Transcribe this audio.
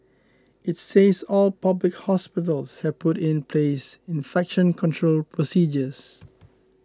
it says all public hospitals have put in place infection control procedures